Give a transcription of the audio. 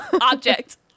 object